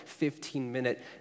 15-minute